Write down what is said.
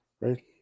Right